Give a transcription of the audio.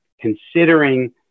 considering